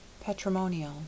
patrimonial